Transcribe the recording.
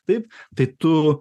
taip tai tu